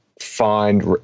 find